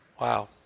Wow